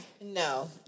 No